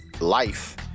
life